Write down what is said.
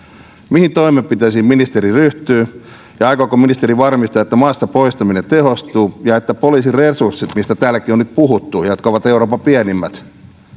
mihin toimenpiteisiin ministeri ryhtyy ja aikooko ministeri varmistaa että maastapoistaminen tehostuu ja että poliisin resurssit joista täälläkin on nyt puhuttu ja jotka ovat euroopan pienimmät